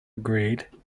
agreed